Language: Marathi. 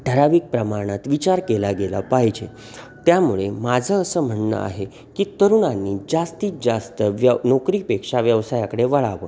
ठराविक प्रमाणात विचार केला गेला पाहिजे त्यामुळे माझं असं म्हणणं आहे की तरुणांनी जास्तीत जास्त व्यव नोकरीपेक्षा व्यवसायाकडे वळावं